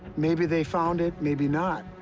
maybe they found it. maybe not.